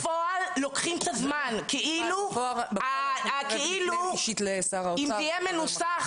בפועל לוקחים את הזמן כאילו אם זה יהיה מנוסח